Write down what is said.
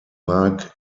mark